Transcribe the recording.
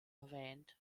erwähnt